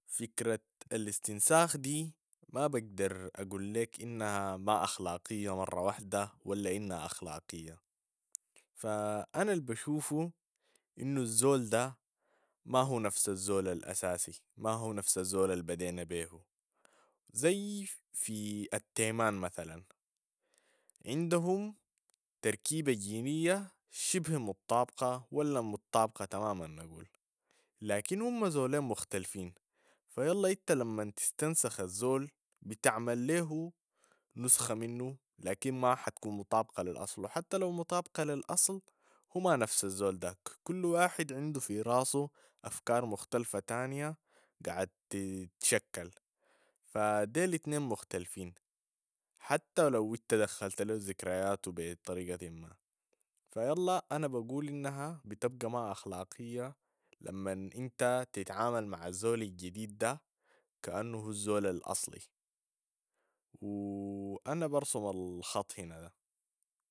فكرة الاستنساخ دي ما بقدر أقول ليك إنها ما أخلاقية مرة واحدة ولا إنها أخلاقية، فأنا البشوفوا إنو الزول ده ما هو نفس الزول الأساسي ما هو نفس الزول البدينا بيهو، زي في التيمان مثلا عندهم تركيبة جينية شبه مطابقة ولا مطابقة تماما نقول، لكن هم زولين مختلفينن، فيلا انت لمن تستنسخ الزول بتعمل ليهو نسخة منو، لكن ما حتكون مطابقة للاصل و حتى لو مطابقى للاصل هو ما نفس الزول داك، كل واحد عندو في راسه أفكار مختلفة تانية قعد تشكل، فديل اتنين مختلفين حتى لو دخلت له ذكرياته بطريقة ما، فيلا انا بقول انها بتبقى ما اخلاقية لمن انت تتعامل مع الزول الجديد ده كانو هو الزول الاصلي و انا برسم الخط هنا ده.